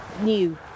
new